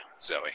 Zoe